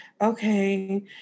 okay